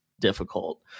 difficult